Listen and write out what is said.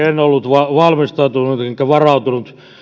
en ollut valmistautunut enkä varautunut